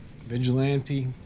Vigilante